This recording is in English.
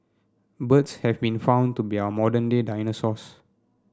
birds have been found to be our modern day dinosaurs